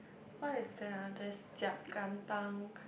what is that ah there's jiak-kentang